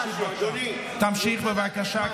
חבר הכנסת מנסור עבאס, תמשיך, בבקשה.